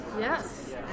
Yes